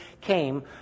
came